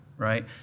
right